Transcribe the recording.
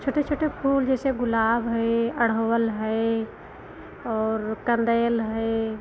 छोटे छोटे फूल जैसे गुलाब है अढ़वल है और कंदैल है